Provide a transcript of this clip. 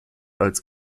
als